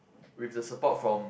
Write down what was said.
with the support from